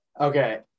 Okay